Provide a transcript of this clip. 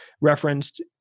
referenced